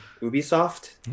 Ubisoft